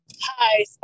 hi